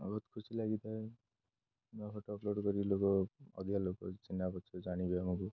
ବହୁତ ଖୁସି ଲାଗିଥାଏ ନୂଆ ଫଟୋ ଅପଲୋଡ଼ କରି ଲୋକ ଅଧିକା ଲୋକ ଚିହ୍ନା ପରଚ ଜାଣିବେ ଆମକୁ